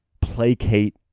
placate